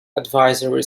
advisory